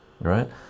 right